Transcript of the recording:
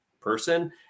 person